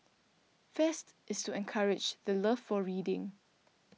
fest is to encourage the love for reading